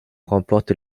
remporte